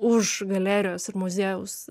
už galerijos ir muziejaus